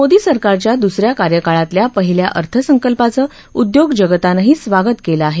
मोदी सरकारच्या दुस या कार्यकाळातल्या पहिल्या अर्थसंकल्पाचं उद्योगजगतानंही स्वागत केलं आहे